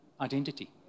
identity